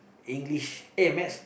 English eh maths